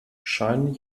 scheinen